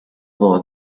for